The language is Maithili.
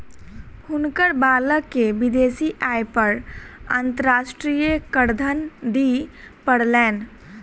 हुनकर बालक के विदेशी आय पर अंतर्राष्ट्रीय करधन दिअ पड़लैन